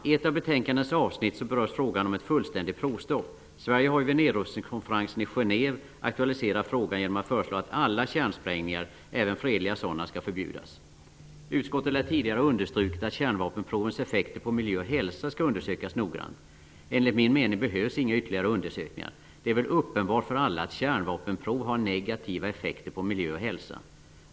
I ett av betänkandets avsnitt berörs frågan om ett fullständigt provstopp. Sverige har vid nedrustningskonferensen i Genève aktualiserat frågan genom att föreslå att alla kärnsprängningar -- även fredliga sådana -- skall förbjudas. Utskottet lär tidigare ha understrukit att kärnvapenprovens effekter på miljö och hälsa skall undersökas noggrant. Enligt min mening behövs inga ytterligare undersökningar. Det är väl uppenbart för alla att kärnvapenprov har negativa effekter på miljö och hälsa.